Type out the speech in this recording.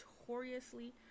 notoriously